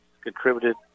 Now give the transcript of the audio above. contributed